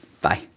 Bye